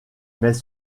mais